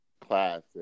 Classic